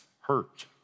hurt